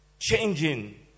Changing